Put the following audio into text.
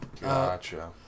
Gotcha